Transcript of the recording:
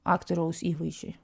aktoriaus įvaizdžiui